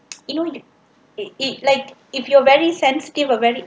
you know eh you like if you're very sensitive or very